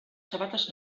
sabates